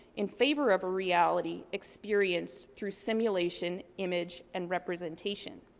in favor of a reality experienced through simulation, image and representation.